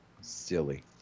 Silly